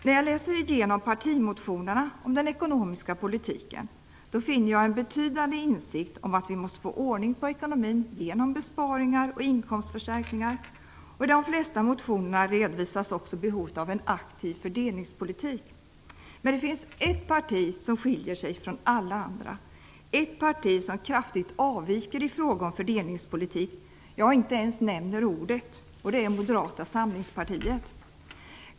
När jag läser igenom partimotionerna om den ekonomiska politiken finner jag en betydande insikt om att vi måste få ordning på ekonomin genom besparingar och inkomstförstärkningar. I de flesta motionerna redovisas också behovet av en aktiv fördelningspolitik. Men det finns ett parti som skiljer sig från alla andra - ett parti som kraftigt avviker i fråga om fördelningspolitiken. Det partiet nämner inte ens ordet. Det är Moderata samlingspartiet.